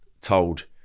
told